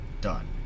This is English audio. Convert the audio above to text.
done